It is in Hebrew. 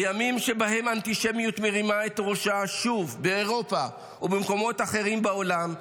בימים שבהם האנטישמיות מרימה את ראשה שוב באירופה ובמקומות אחרים בעולם,